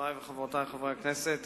חברי וחברותי חברי הכנסת,